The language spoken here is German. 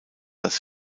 das